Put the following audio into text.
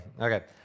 Okay